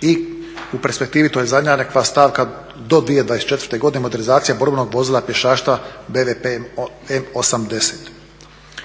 i u perspektivi, to je zadnja nekakva stavka do 2024. godine modernizacija brodova, pješaštva, BVP M-80.